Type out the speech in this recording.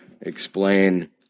explain